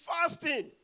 fasting